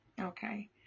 okay